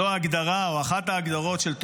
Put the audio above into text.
זו ההגדרה או אחת ההגדרות של תועבה,